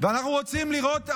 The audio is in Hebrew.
ואנחנו רוצים לראות הכרעה,